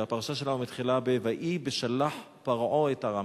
והפרשה שלנו מתחילה ב"ויהי בשלח פרעה את העם".